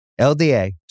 LDA